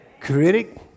critic